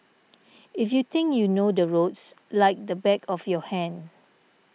if you think you know the roads like the back of your hand